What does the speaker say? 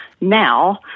now